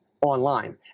online